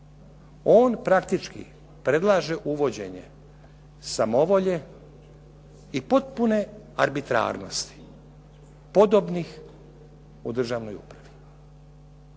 On praktički predlaže uvođenje samovolje i potpune arbitrarnosti podobnih u državnoj upravi.